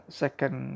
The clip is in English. second